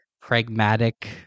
pragmatic